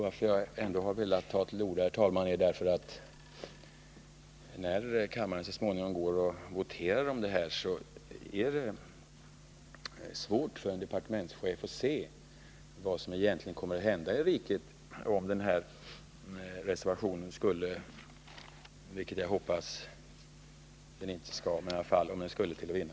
Att jag ändå har velat ta till orda, herr talman, beror på att när kammaren så småningom går till votering om det här blir det svårt för en departementschef att se vad som egentligen kommer att hända i riket, om den här reservationen skulle — vilket jag hoppas att den inte skall — vinna.